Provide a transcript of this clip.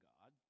God